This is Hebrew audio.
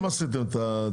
זה אתם עשיתם את זה.